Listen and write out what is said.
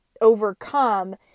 overcome